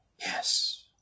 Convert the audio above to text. Yes